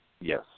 Yes